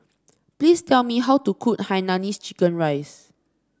please tell me how to cook Hainanese Chicken Rice